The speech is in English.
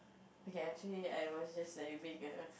okay actually I was just like being a